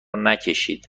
نکشید